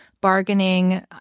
bargaining